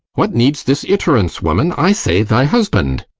what needs this iterance, woman? i say thy husband.